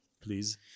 Please